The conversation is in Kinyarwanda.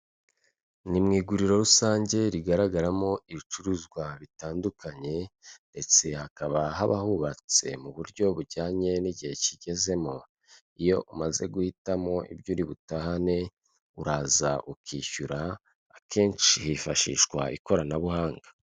Ni m'iguriro rusange rigaragaramo ibicuruzwa bitandukanye, ndetse hakaba hubatse mu buryo bujyanye n'igihe tugezemo, iyo umaze guhitamo ibyo uributahane uraza ukishyura akashi hifashishwa ikoranabuhanga.